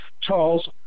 Charles